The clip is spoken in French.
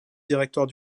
directoire